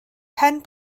pen